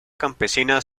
campesina